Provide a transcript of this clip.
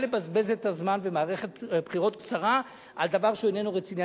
לבזבז את הזמן במערכת בחירות קצרה על דבר שאיננו רציני.